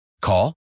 Call